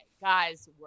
guys